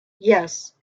yes